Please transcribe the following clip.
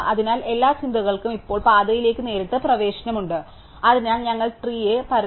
അതിനാൽ എല്ലാ ചിന്തകൾക്കും ഇപ്പോൾ പാതയിലേക്ക് നേരിട്ട് പ്രവേശനമുണ്ട് അതിനാൽ ഞങ്ങൾ ട്രീയെ പരത്തുന്നു